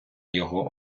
його